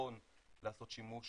בטחון לעשות שימוש